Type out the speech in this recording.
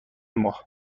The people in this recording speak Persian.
ماه